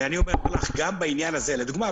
לדוגמה,